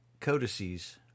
Codices